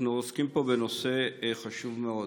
אנחנו עוסקים פה בנושא חשוב מאוד.